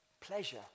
pleasure